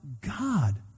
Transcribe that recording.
God